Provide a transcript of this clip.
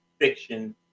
fiction